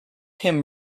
him